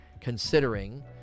considering